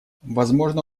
возможно